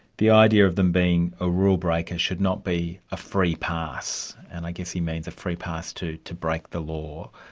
the idea of them being a rule breaker should not be a free pass, and i guess he means a free pass to to break the law.